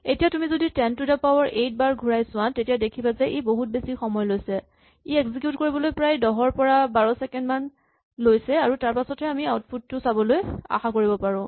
এতিয়া তুমি যদি ten to the power eight বাৰ ঘূৰাই চোৱা তেতিয়া দেখিবা যে ই বহুত বেছি সময় লৈছে ই এক্সিকিউট কৰিবলৈ প্ৰায় ১০ ৰ পৰা ১২ ছেকেণ্ড মান লৈছে আৰু তাৰপাছতহে আমি আউটপুট টো চাবলৈ আশা কৰিব পাৰো